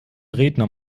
redner